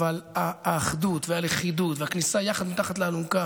האחדות והלכידות והכניסה יחד מתחת לאלונקה